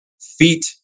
feet